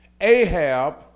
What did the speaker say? Ahab